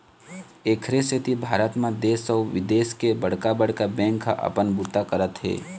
एखरे सेती भारत म देश अउ बिदेश के बड़का बड़का बेंक ह अपन बूता करत हे